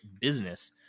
business